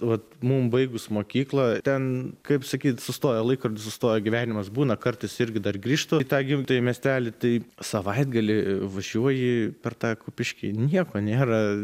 vat mum baigus mokyklą ten kaip sakyt sustoja laikrodis sustoja gyvenimas būna kartais irgi dar grįžtu į tą gimtąjį miestelį tai savaitgalį važiuoji per tą kupiškį nieko nėra